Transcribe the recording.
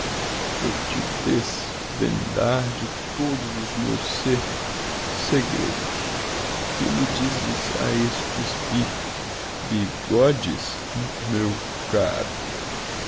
vou te des vendar de todo os meus se segredos que me dizes a estes bi bigodes m meu caro